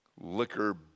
liquor